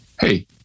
hey